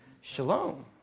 Shalom